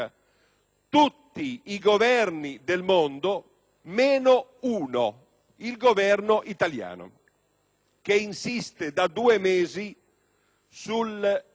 Tutti i Governi del mondo meno uno, il Governo italiano, che insiste da due mesi sul